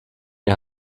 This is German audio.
die